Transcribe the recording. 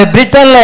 Britain